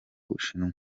bushinwa